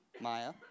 Maya